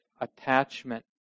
attachment